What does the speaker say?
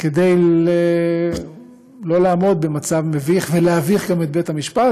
כדי שלא לעמוד במצב מביך ולהביך גם את בית-המשפט